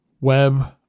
Web